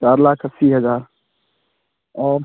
चार लाख अस्सी हज़ार और